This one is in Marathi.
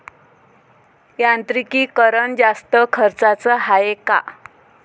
यांत्रिकीकरण जास्त खर्चाचं हाये का?